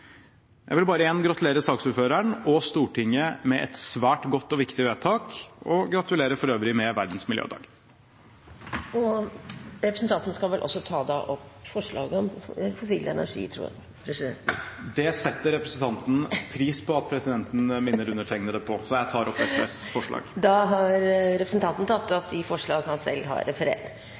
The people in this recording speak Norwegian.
Jeg vil igjen gratulere saksordføreren og Stortinget med et svært godt og viktig vedtak, og for øvrig gratulere med Verdens miljødag. Representanten skal vel også ta opp forslag, bl.a. forslaget om fossil energi? Det setter representanten pris på at presidenten minner undertegnede på, så jeg tar opp SVs forslag. Representanten Snorre Serigstad Valen har tatt